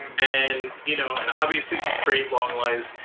and you know and obviously you create long lines,